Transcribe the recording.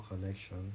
Collection